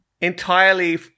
entirely